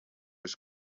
his